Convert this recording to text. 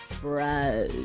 Bro